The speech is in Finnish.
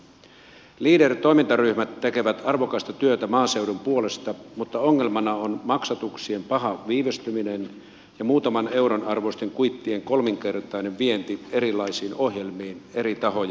leader toimintaryhmät tekevät arvokasta työtä maaseudun puolesta mutta ongelmana on maksatuksien paha viivästyminen ja muutaman euron arvoisten kuittien kolminkertainen vienti erilaisiin ohjelmiin eri tahojen toimesta